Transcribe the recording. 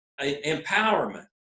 empowerment